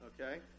okay